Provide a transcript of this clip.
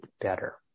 better